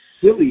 silly